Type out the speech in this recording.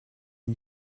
you